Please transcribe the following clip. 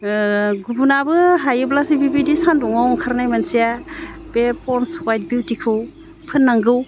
गुबुनाबो हायोब्लासो बिबायदि सान्दुङाव ओंखारनाय मानसिया बे पन्डस हवाइट बिउटिखौ फोननांगौ